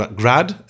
grad